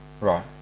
Right